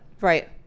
Right